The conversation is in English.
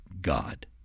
God